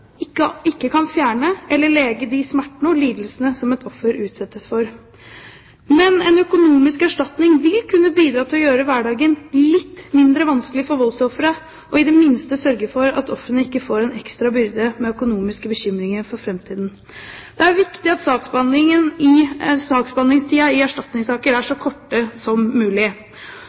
ikke kan fjerne eller lege de smertene og lidelsene som et offer utsettes for. Men en økonomisk erstatning vil kunne bidra til å gjøre hverdagen litt mindre vanskelig for voldsofferet, og i det minste sørge for at ofrene ikke får en ekstra byrde med økonomiske bekymringer for framtiden. Det er viktig at saksbehandlingstiden i erstatningssaker er så kort som mulig.